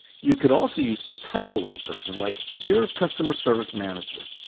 you could also use the title of the person, like dear customer service manager.